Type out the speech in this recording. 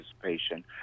participation